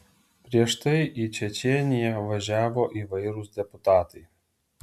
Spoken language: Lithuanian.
prieš tai į čečėniją važiavo įvairūs deputatai